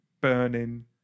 burning